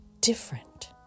different